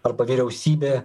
arba vyriausybė